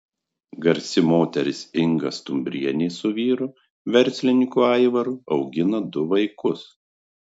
garsi moteris inga stumbrienė su vyru verslininku aivaru augina du vaikus